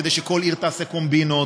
כדי שכל עיר תעשה קומבינות.